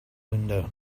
window